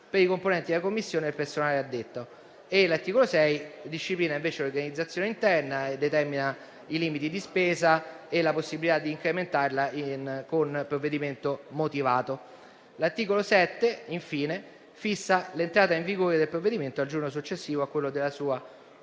per i componenti della Commissione e per il personale addetto. L'articolo 6 disciplina invece l'organizzazione interna e determina i limiti di spesa e la possibilità di incrementarla con un provvedimento motivato. L'articolo 7 fissa infine l'entrata in vigore del provvedimento al giorno successivo a quello della sua